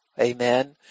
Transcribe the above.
Amen